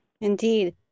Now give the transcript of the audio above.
Indeed